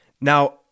Now